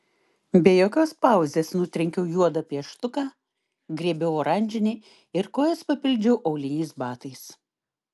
be jokios pauzės nutrenkiau juodą pieštuką griebiau oranžinį ir kojas papildžiau auliniais batais